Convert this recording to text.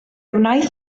waeth